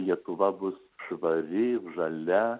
lietuva bus švari žalia